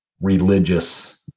religious